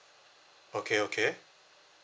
okay okay